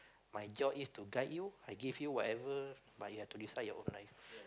my job is to guide you I give you whatever but you have to decide your own life